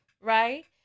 right